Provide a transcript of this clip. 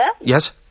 Yes